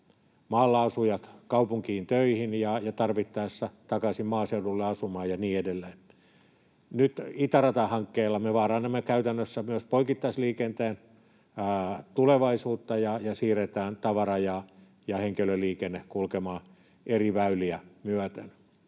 maalla asujat kaupunkiin töihin ja tarvittaessa takaisin maaseudulle asumaan ja niin edelleen. Nyt itäratahankkeella me vaarannamme käytännössä myös poikittaisliikenteen tulevaisuutta ja siirretään tavara‑ ja henkilöliikenne kulkemaan eri väyliä myöten.